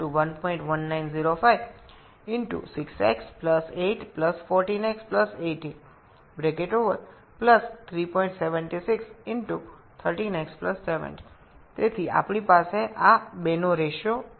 সুতরাং তা থেকে আমাদের আছে nafter 11905 6x 8 14x 18 37613x 17 সুতরাং x এর সাপেক্ষে আমারা এই দুটি অনুপাত পেয়েছি যা আপনাকে আণবিক বৃদ্ধি দেবে